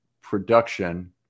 production